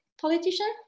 politician